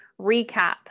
recap